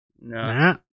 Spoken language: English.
No